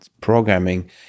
programming